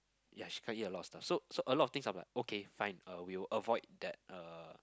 ya she can't eat a lot of stuff so so a lot of things I'm like okay fine uh we will avoid that uh